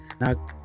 now